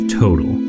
total